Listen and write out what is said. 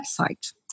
website